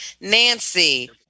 Nancy